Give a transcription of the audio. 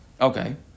Okay